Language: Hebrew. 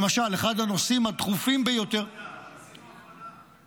למשל אחד הנושאים הדחופים ביותר --- עשינו הפרדה.